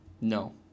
No